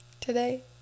today